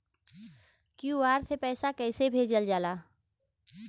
QR से पैसा कैसे भेजल जाला?